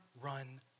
run